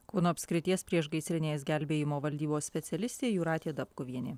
kauno apskrities priešgaisrinės gelbėjimo valdybos specialistė jūratė dabkuvienė